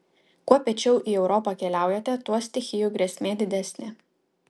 kuo piečiau į europą keliaujate tuo stichijų grėsmė didesnė